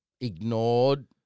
ignored